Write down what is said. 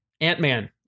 Ant-Man